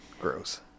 Gross